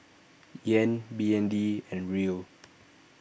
Yen B N D and Riel